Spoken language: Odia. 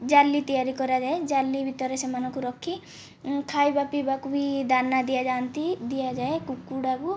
ଜାଲି ତିଆରି କରାଯାଏ ଜାଲି ଭିତରେ ସେମାନଙ୍କୁ ରଖି ଖାଇବା ପିଇବାକୁ ବି ଦାନା ଦିଆଯାଆନ୍ତି ଦିଆଯାଏ କୁକୁଡ଼ାକୁ